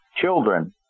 children